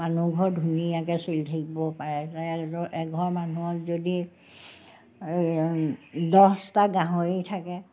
মানুহ ঘৰ ধুনীয়াকৈ চলি থাকিব পাৰে এঘৰ মানুহৰ যদি এই দহটা গাহৰি থাকে